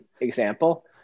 example